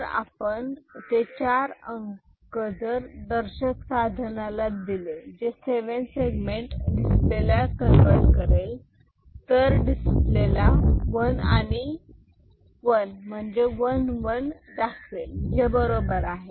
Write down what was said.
जर आपण ते चार अंक जर दर्शक साधनाला दिले जे सेवेन सेगमेंट डिस्प्ले ला कन्वर्ट करेल तर डिस्प्ले 1 आणि 1 म्हणजे 11 दाखवेल जे बरोबर आहे